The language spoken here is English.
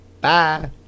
Bye